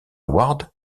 ward